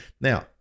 now